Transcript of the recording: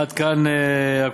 עד כאן הכותרת,